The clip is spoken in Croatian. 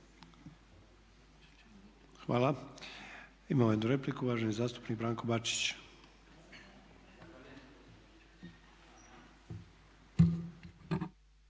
Hvala. Imamo jednu repliku, uvaženi zastupnik Branko Bačić.